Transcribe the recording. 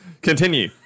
Continue